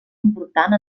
important